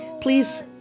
Please